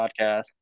podcast